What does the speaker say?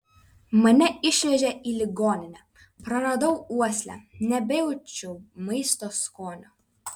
mane išvežė į ligoninę praradau uoslę nebejaučiau maisto skonio